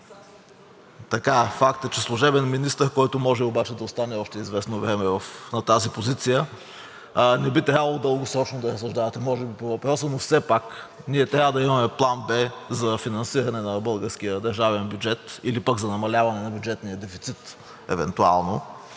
ПАНЕВ: Факт е, че е служебен министър, който може да остане още известно време на тази позиция, не би трябвало дългосрочно да разсъждавате може би по въпроса, но все пак ние трябва да имаме план Б за финансиране на българския държавен бюджет или за намаляване на бюджетния дефицит евентуално,